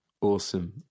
Awesome